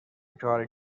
کاری